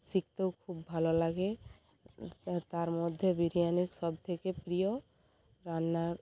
শিখতেও খুব ভালো লাগে তার মধ্যে বিরিয়ানি সব থেকে প্রিয় রান্না